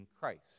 Christ